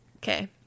Okay